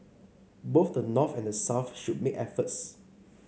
both the North and the South should make efforts